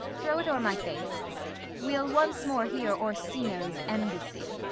throw it o'er my face we'll once more hear orsino's embassy.